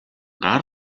гар